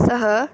सः